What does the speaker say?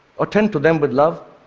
or turn to them with love